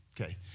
Okay